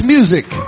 Music